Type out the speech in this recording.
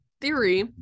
theory